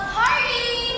party